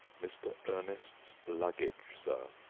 mr. ernest's luggage, sir.